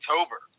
October